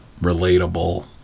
relatable